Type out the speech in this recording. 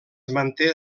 manté